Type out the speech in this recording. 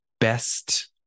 best